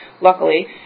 luckily